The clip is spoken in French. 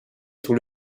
sur